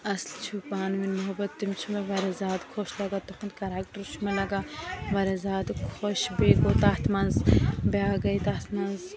اَسہِ چھُ پانہٕ ؤنۍ محبت تِم چھِ مےٚ واریاہ زیادٕ خۄش لَگان تُہُنٛد کَریکٹر چھُ مےٚ لگان واریاہ زیادٕ خۄش بیٚیہِ گوٚو تَتھ منٛز بیاکھ گٔے تَتھ منٛز